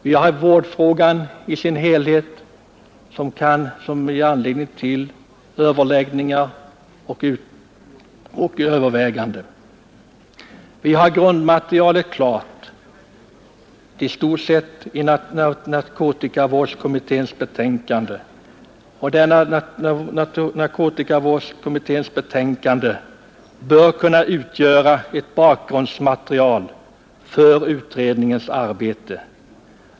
Vi har vårdfrågan i dess helhet som ger anledning till överläggningar och överväganden. Vi har grundmaterialet i stort sett klart i narkomanvårdskommitténs betänkande, vilket betänkande bör kunna utgöra grundmaterial för utredningens arbete.